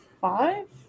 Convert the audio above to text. five